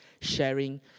sharing